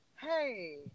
hey